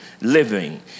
living